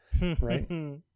right